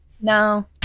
No